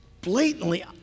blatantly